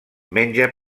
menja